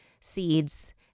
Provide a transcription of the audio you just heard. seeds